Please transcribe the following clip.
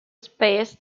space